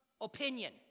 opinion